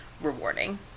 rewarding